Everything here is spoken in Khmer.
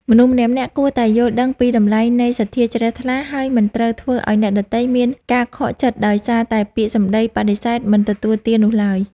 មនុស្សម្នាក់ៗគួរតែយល់ដឹងពីតម្លៃនៃសទ្ធាជ្រះថ្លា ហើយមិនត្រូវធ្វើឱ្យអ្នកដទៃមានការខកចិត្តដោយសារតែពាក្យសម្តីបដិសេធមិនទទួលទាននោះឡើយ។